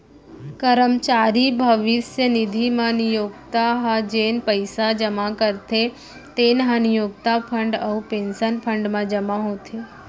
करमचारी भविस्य निधि म नियोक्ता ह जेन पइसा जमा करथे तेन ह नियोक्ता फंड अउ पेंसन फंड म जमा होथे